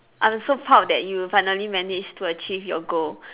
I'm so proud that you finally managed to achieve your goal